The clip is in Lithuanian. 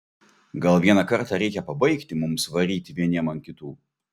gal vieną kartą reikia pabaigti mums varyti vieniem ant kitų